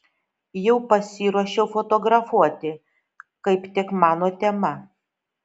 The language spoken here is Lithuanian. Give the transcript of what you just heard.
jau pasiruošiau fotografuoti kaip tik mano tema